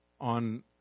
On